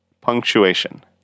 punctuation